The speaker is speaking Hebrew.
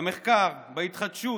במחקר, בהתחדשות,